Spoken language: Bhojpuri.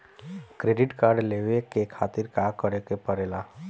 क्रेडिट कार्ड लेवे के खातिर का करेके पड़ेला?